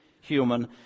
human